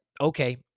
okay